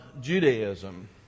Judaism